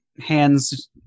hands